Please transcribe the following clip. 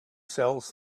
sells